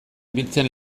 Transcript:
biltzen